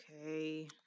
Okay